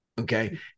Okay